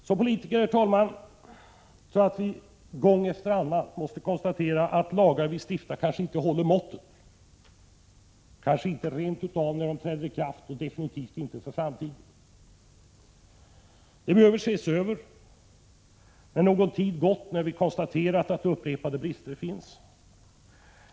Som politiker måste vi gång efter annan konstatera att lagar som vi stiftar inte håller måttet, kanske inte ens när de träder i kraft och definitivt inte för framtiden. De behöver ses över när någon tid har gått och när vi upprepade gånger konstaterat att brister finns.